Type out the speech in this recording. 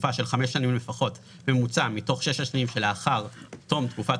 תקופה של חמש שנים לפחות בממוצע מתוך שש השנים לאחר תום תקופת